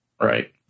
right